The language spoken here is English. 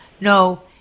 no